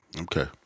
Okay